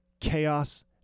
chaos